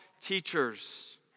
teachers